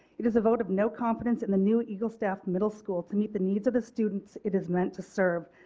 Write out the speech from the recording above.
it is a vote of no-confidence in the new eagle staff middle school to meet the needs of the students it is meant to serve.